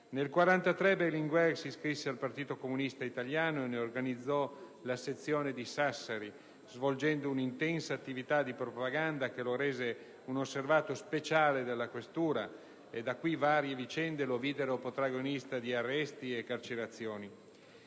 Nel 1943 Berlinguer si iscrisse al Partito Comunista Italiano e ne organizzò la sezione di Sassari svolgendo un'intensa attività di propaganda che lo rese un osservato speciale della questura; da qui varie vicende che lo videro protagonista di arresti e carcerazioni.